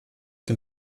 den